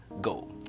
go